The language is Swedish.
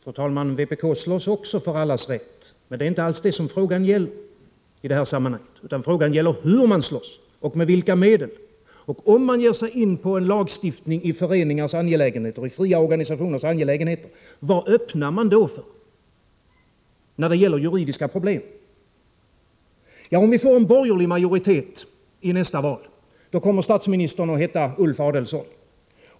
Fru talman! Också vpk slåss för allas rätt. Men det är inte alls det som frågan gäller i detta sammanhang. Frågan gäller hur man slåss och med vilka medel. Om man ger sig in på en lagstiftning om föreningars och fria organisationers angelägenheter, vilka juridiska problem öppnar man då för? Om vi får en borgerlig majoritet i nästa val, kommer statsministern att heta Ulf Adelsohn.